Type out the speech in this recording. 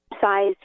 size